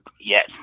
Yes